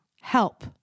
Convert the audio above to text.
help